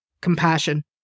compassion